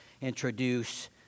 introduce